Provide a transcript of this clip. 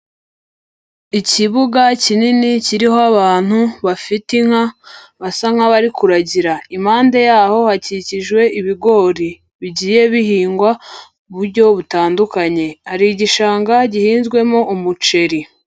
Ikibuga kinini kiriho abantu bafite inka basa nk'abari kuragira, impande y'aho bakikijwe ibigori bigiye bihingwa mu buryo butandukanye, hari igishanga gihinzwemo umuceri.